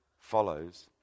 follows